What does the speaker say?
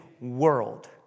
world